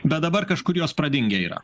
bet dabar kažkur jos pradingę yra